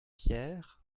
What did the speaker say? pierre